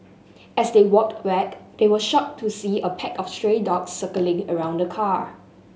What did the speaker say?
as they walked back they were shocked to see a pack of stray dogs circling around the car